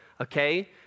okay